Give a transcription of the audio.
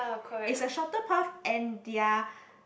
is a shorter path and their